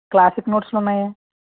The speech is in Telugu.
క్లాసిక్ నోట్స్లు ఉన్నాయి